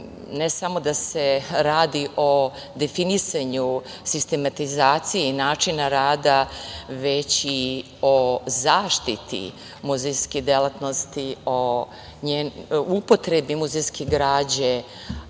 ne samo da se radi o definisanju sistematizacije načina rada, već i o zaštiti muzejske delatnosti, upotrebi muzejske građe,